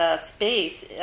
space